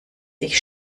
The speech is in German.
sich